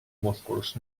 músculs